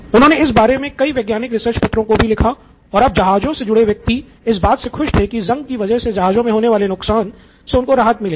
उन्होंने इस बारे मे कई वैज्ञानिक रिसर्च पत्रों को भी लिखा और अब जहाजो से जुड़े व्यक्ति इस बात से खुश थे की ज़ंग की वजह से जहाजों मे होने वाले नुकसान से उनको राहत मिलेगी